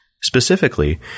Specifically